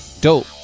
dope